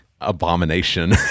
abomination